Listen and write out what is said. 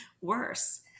worse